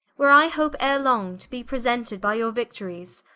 where i hope ere long to be presented by your victories,